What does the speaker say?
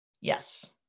Yes